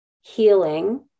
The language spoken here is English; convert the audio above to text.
healing